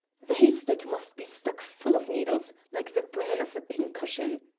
the haystack must be stuck full of needles like the bran of a pin-cushion.